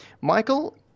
Michael